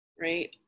Right